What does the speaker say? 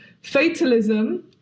Fatalism